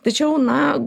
tačiau na